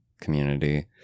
community